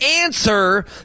answer